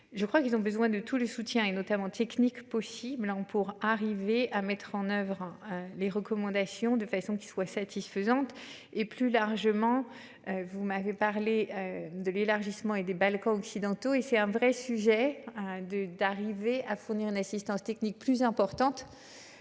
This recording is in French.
Je crois qu'ils ont besoin de tous les soutiens et notamment techniques possibles en pour arriver à mettre en oeuvre les recommandations de façon qui soit satisfaisante et plus largement. Vous m'avez parlé de l'élargissement et des Balkans occidentaux et c'est un vrai sujet. De, d'arriver à fournir une assistance technique plus importantes.